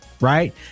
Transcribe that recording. right